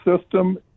system